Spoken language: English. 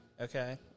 Okay